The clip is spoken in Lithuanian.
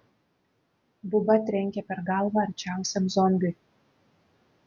buba trenkė per galvą arčiausiam zombiui